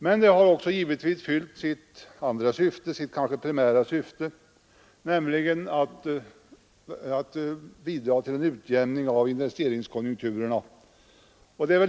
Men de har givetvis också fyllt sitt primära syfte, nämligen att bidra till en utjämning av investeringskonjunkturerna.